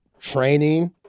training –